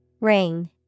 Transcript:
Ring